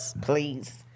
Please